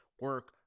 Work